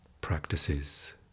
practices